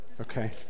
okay